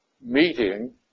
meeting